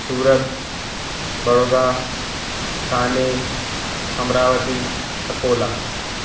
Surat Baroda Thane Amravati Akola